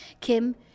Kim